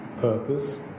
purpose